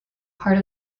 part